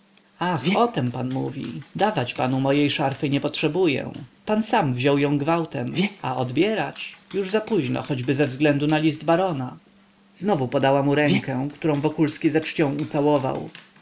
ach o tem pan mówi dawać panu mojej szarfy nie potrzebuję pan sam wziął ją gwałtem a odbierać już zapóźno choćby ze względu na list barona znowu podała mu rękę którą wokulski ze czcią ucałował